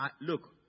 Look